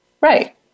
Right